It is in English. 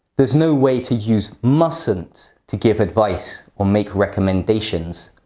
there's no way to use mustn't to give advice or make recommendations.